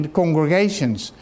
congregations